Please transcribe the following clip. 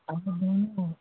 आपका बैंक कौन